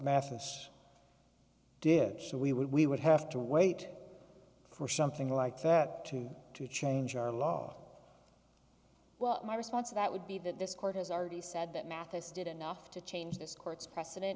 massless did so we would we would have to wait for something like that to to change our law well my response to that would be that this court has already said that mathis did enough to change this court's precedent